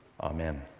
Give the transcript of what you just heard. Amen